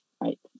right